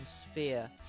sphere